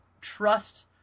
trust